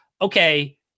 Okay